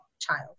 child